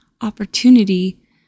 opportunity